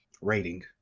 rating